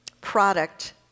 product